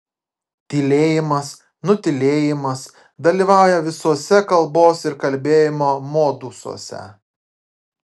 tylėjimas nutylėjimas dalyvauja visuose kalbos ir kalbėjimo modusuose